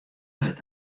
hurd